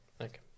okay